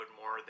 more